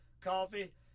coffee